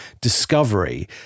discovery